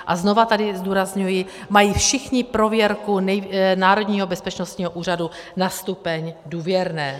A znova tady zdůrazňuji, mají všichni prověrku Národního bezpečnostního úřadu na stupeň důvěrné.